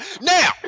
Now